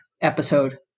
episode